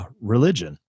religion